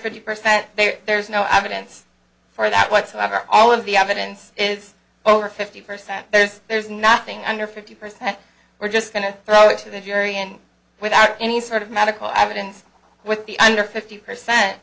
fifty percent there's no evidence for that whatsoever all of the evidence is over fifty first time there's there's nothing under fifty percent we're just going to throw it to the jury and without any sort of medical evidence with the under fifty percent